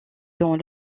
dans